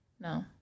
No